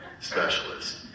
specialists